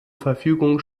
verfügung